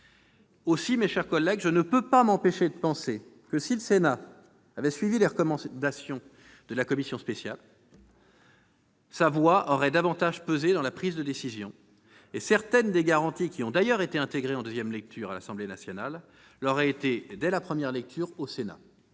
elle va s'opérer. Je ne puis pas m'empêcher de penser que, si le Sénat avait suivi les recommandations de la commission spéciale, sa voix aurait davantage pesé dans la prise de décisions, et certaines des garanties intégrées en nouvelle lecture à l'Assemblée nationale l'auraient été dès la première lecture au Sénat.